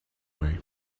way